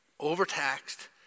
overtaxed